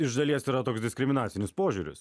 iš dalies yra toks diskriminacinis požiūris